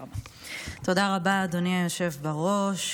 תודה רבה, אדוני היושב בראש.